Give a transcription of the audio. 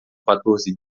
quatorze